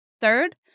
Third